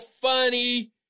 funny